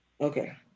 Okay